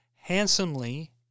handsomely